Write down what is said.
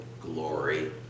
glory